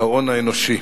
ההון האנושי.